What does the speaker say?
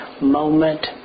moment